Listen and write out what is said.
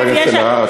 חברת הכנסת אלהרר,